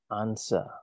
answer